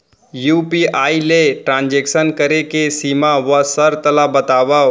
UPI ले transaction करे के सीमा व शर्त ला बतावव?